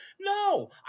No